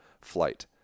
flight